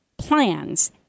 Plans